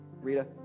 Rita